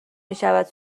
میشود